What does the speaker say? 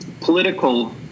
political